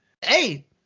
Hey